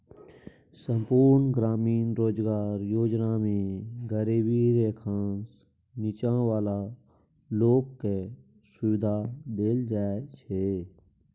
संपुर्ण ग्रामीण रोजगार योजना मे गरीबी रेखासँ नीच्चॉ बला लोक केँ सुबिधा देल जाइ छै